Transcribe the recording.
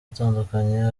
atandukanye